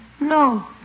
No